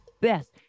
best